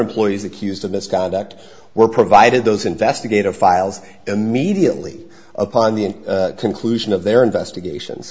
employees accused of misconduct were provided those investigative files immediately upon the conclusion of their investigations